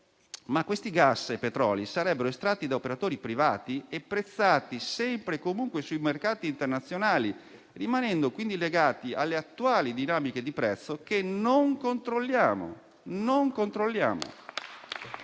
Ma questi gas e petroli sarebbero estratti da operatori privati e prezzati sempre e comunque sui mercati internazionali, rimanendo quindi legati alle attuali dinamiche di prezzo, che non controlliamo.